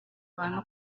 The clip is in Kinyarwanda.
abantu